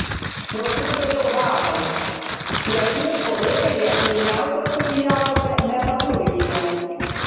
profesoriau hanai pietų korėjoje pirmiausia studijavote metalurgiją